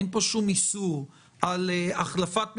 אין פה שום איסור על החלפת ממשלה,